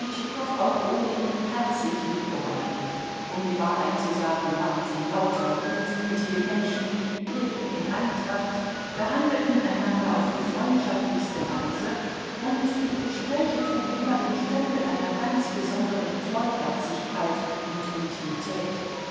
auch ohnehin herzlich liebgewonnen um die wahrheit zu sagen waren sie lauter gutmütige menschen lebten in eintracht behandelten einander auf die freundschaftlichste weise und ihre gespräche trugen immer den stempel einer ganz besonderen treuherzigkeit und intimität